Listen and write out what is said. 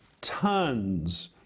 tons